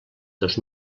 dos